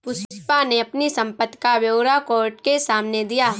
पुष्पा ने अपनी संपत्ति का ब्यौरा कोर्ट के सामने दिया